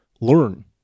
learn